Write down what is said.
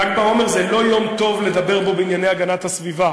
ל"ג בעומר זה לא יום טוב לדבר בו בענייני הגנת הסביבה,